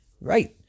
right